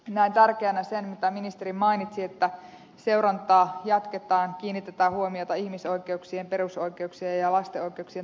näen tärkeänä sen mitä ministeri mainitsi että seurantaa jatketaan kiinnitetään huomiota ihmisoikeuksien perusoikeuksien ja lasten oi keuksien toteutumiseen